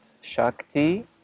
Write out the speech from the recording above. Shakti